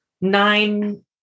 nine